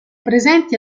presenti